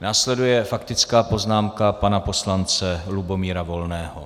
Následuje faktická poznámka pana poslance Lubomíra Volného.